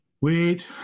Wait